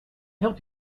help